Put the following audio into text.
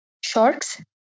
sharks